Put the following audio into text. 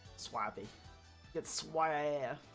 swap if it's wyeth